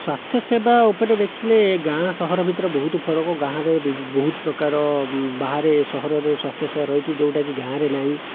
ସ୍ୱାସ୍ଥ୍ୟସେବା ଉପରେ ଦେଖିଲେ ଗାଁ ସହର ଭିତରେ ବହୁତ ଫରକ ଗାଁରେ ବହୁତ ପ୍ରକାର ବାହାରେ ସହରରେ ସ୍ଵାସ୍ଥ୍ୟସେବା ରହିଛି ଯେଉଁଟାକି ଗାଁରେ ନାହିଁ